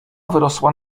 wyrosła